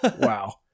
Wow